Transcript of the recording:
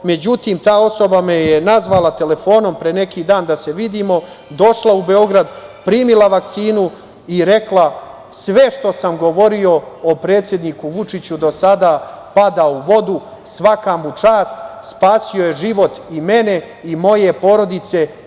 Međutim, ta osoba me je nazvala telefonom pre neki dan da se vidimo, došla je u Beograd, primila vakcinu i rekla sve što sam govorio o predsedniku Vučiću do sada pada u vodu, svaka mu čast, spasio je život moj i moje porodice.